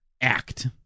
act